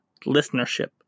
listenership